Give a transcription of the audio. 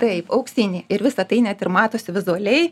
taip auksinį ir visa tai net ir matosi vizualiai